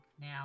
now